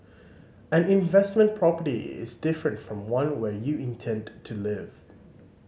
an investment property is different from one where you intend to live